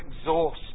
exhaust